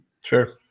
Sure